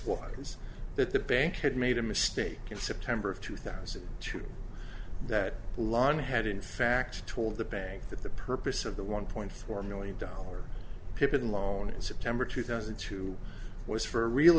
was that the bank had made a mistake in september of two thousand to that lon had in fact told the bank that the purpose of the one point four million dollars pipin loan in september two thousand and two was for real